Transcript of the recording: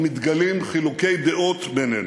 או: מתגלעים חילוקי דעות בינינו.